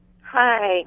Hi